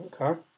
okay